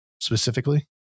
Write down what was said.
specifically